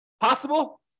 Possible